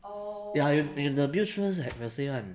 ya ya you~ the bill su~ sure will say [one]